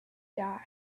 died